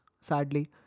sadly